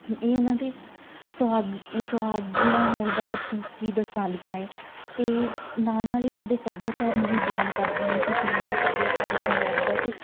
ਇਹ ਉਹਨਾਂ ਦੇ ਸੁਹਾਗ ਸੁਹਾਗਣ ਹੋਣ ਦਾ ਪ੍ਰਤੀਕ ਵੀ ਦਰਸਾਉਂਦੀਆਂ ਏ ਅਤੇ ਨਾਲ ਨਾਲ ਹੀ ਸਾਡੇ ਸੱਭਿਆਚਾਰ ਨੂੰ ਵੀ ਬਿਆਨ ਕਰਦੀ ਏ ਕਿ ਕਿਵੇਂ ਦਾ ਸਭਿਆਚਾਰ ਹੈ ਪੰਜਾਬ ਦਾ ਅਤੇ